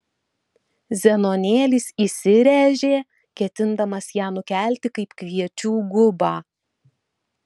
zenonėlis įsiręžė ketindamas ją nukelti kaip kviečių gubą